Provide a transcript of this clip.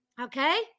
Okay